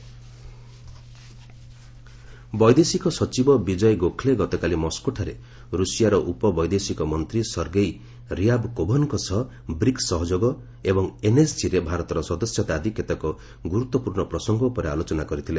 Russia Gokhale ବୈଦେଶିକ ସଚିବ ବିଜୟ ଗୋଖ୍ଲେ ଗତକାଲି ମସ୍କୋଠାରେ ରୁଷିଆର ଉପବୈଦେଶିକ ମନ୍ତ୍ରୀ ସର୍ଗେଇ ରିଆବ୍କୋଭନ୍ଙ୍କ ସହ ବ୍ରିକ୍ ସହଯୋଗ ଏବଂ ଏନ୍ଏସ୍ଜିରେ ଭାରତର ସଦସ୍ୟତା ଆଦି କେତେକ ଗୁରୁତ୍ୱପୂର୍୍ଣ୍ଣ ପ୍ରସଙ୍ଗ ଉପରେ ଆଲୋଚନା କରିଥିଲେ